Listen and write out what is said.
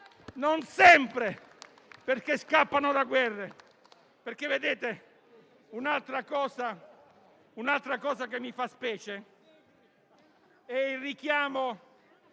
non sempre perché scappano da guerre. Vedete, colleghi, un'altra cosa che mi fa specie è il richiamo